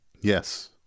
yes